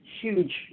huge